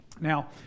Now